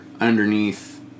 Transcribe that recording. underneath